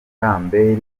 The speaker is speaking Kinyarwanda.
lambert